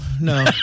no